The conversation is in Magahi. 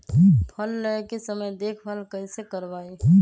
फल लगे के समय देखभाल कैसे करवाई?